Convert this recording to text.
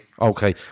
Okay